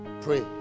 pray